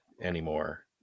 anymore